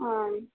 ಹಾಂ